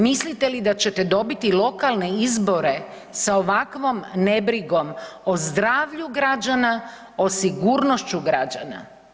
Mislite li da ćete dobiti lokalne izbore sa ovakvom nebrigom o zdravlju građana, o sigurnošću građana.